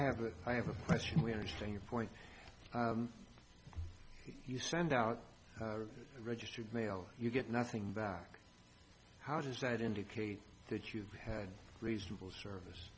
that i have a question we understand your point if you send out registered mail you get nothing back how does that indicate that you've had reasonable service